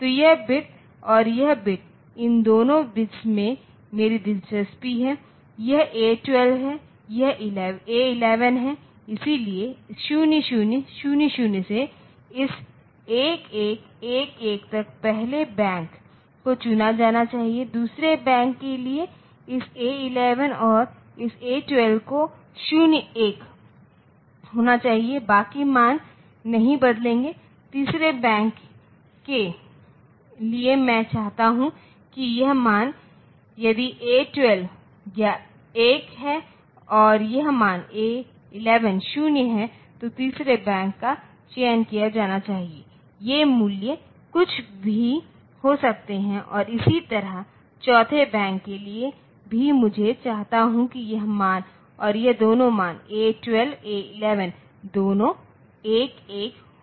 तो यह बिट और यह बिट इन दो बिट्स में मेरी दिलचस्पी है यह A12 है यह A11 है इसलिए 0000 से इस 1111 तक पहले बैंक को चुना जाना चाहिएदूसरे बैंक के लिए इस A11 और इस A12 को 01 होना चाहिए बाकि मान नहीं बदलेंगे तीसरे बैंक के मैं यह चाहता हूं कि यह मान यदि A12 1 है और यह मान A11 0 है तो तीसरे बैंक का चयन किया जाना चाहिए ये मूल्य कुछ भी हो सकते हैं और इसी तरह चौथे बैंक के लिए भी मैं चाहता हूँ कि यह मान और यह दोनों मान A12 A11 दोनों 11 हो